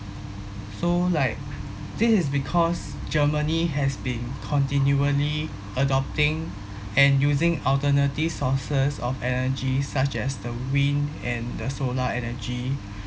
so like this is because germany has been continually adopting and using alternative sources of energy such as the wind and the solar energy